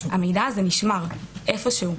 המידע הזה נשמר איפשהו,